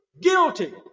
guilty